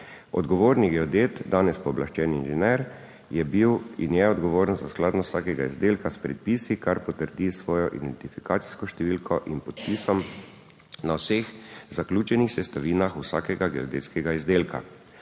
Odgovorni geodet, danes pooblaščeni inženir, je bil in je odgovoren za skladnost vsakega izdelka s predpisi, kar potrdi s svojo identifikacijsko številko in podpisom na vseh zaključenih sestavinah vsakega geodetskega izdelka.